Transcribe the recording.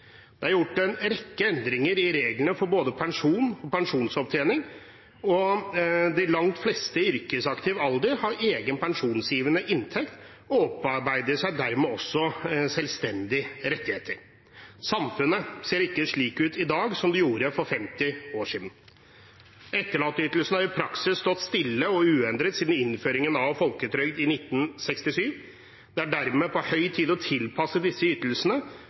det heldigvis ikke lenger. Det er gjort en rekke endringer i reglene for både pensjon og pensjonsopptjening, og de langt fleste i yrkesaktiv alder har egen pensjonsgivende inntekt og opparbeider seg dermed også selvstendige rettigheter. Samfunnet ser ikke slik ut i dag som det gjorde for 50 år siden. Etterlatteytelsene har i praksis stått stille og uendret siden innføringen av folketrygden i 1967. Det er dermed på høy tid å tilpasse disse ytelsene